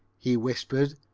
he whispered,